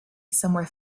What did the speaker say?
somewhere